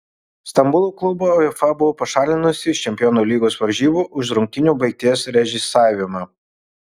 stambulo klubą uefa buvo pašalinusi iš čempionų lygos varžybų už rungtynių baigties režisavimą